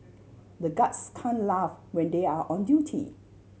the guards can laugh when they are on duty